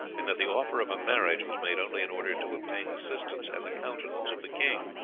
and that the offer of a marriage was made only in order to obtain assistance and the countenance of the king.